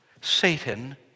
Satan